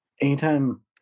anytime